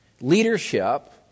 Leadership